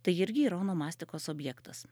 tai irgi yra onomastikos objektas